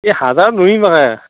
এই হাজাৰত ন'ৰিম হাঁ